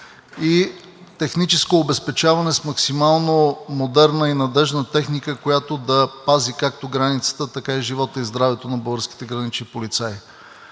и техническо обезпечаване с максимално модерна и надеждна техника, която да пази както границата, така и живота и здравето на българските гранични полицаи.